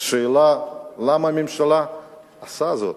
השאלה, למה הממשלה עושה זאת?